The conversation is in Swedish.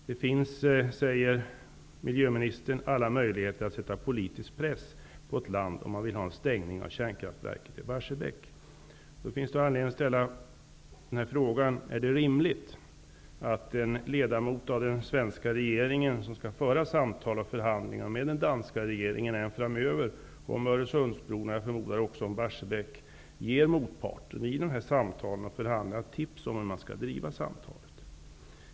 Det finns, säger miljöministern, alla möjligheter att sätta politisk press på ett land om man vill ha en stängning av kärnkraftverket i Det finns därför anledning att ställa frågan: Är det rimligt att en ledamot av den svenska regeringen, som även framöver skall föra samtal och förhandlingar med den danska regeringen om Öresundsbron, och jag förmodar även om Barsebäck, ger motparten i de här samtalen och förhandlingarna tips om hur man skall driva samtalen?